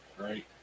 right